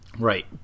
Right